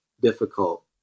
difficult